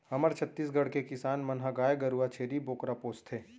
हमर छत्तीसगढ़ के किसान मन ह गाय गरूवा, छेरी बोकरा पोसथें